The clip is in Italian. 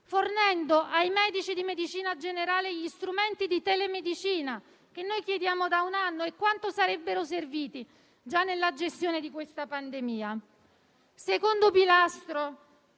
fornendo ai medici di medicina generale gli strumenti di telemedicina che noi chiediamo da un anno (quanto sarebbero serviti già nella gestione di questa pandemia). Il secondo pilastro,